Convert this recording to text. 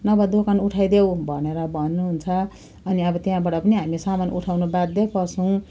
नभए दोकान उठाइदेऊ भनेर भन्नुहुन्छ अनि अब त्यहाँबाट पनि हामी सामान उठाउन बाध्य पर्छौँ